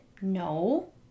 No